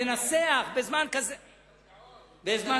לנסח בזמן כזה קצר.